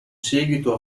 seguito